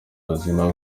buzima